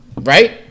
Right